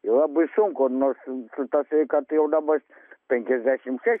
labai sunku nu su ta sveikata jau dabar penkiasdešimt šeši